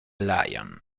lion